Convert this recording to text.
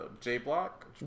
J-Block